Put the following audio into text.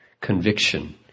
conviction